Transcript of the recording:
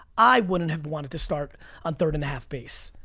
i wouldn't have wanted to start on third and a half base.